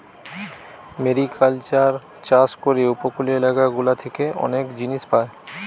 mariculture চাষ করে উপকূলীয় এলাকা গুলা থেকে অনেক জিনিস পায়